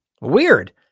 Weird